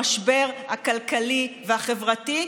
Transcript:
המשבר הכלכלי והחברתי,